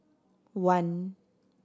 one